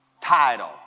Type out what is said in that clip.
title